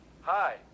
Hi